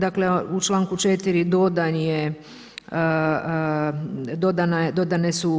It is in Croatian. Dakle u članku 4. dodane su